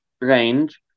range